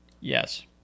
Yes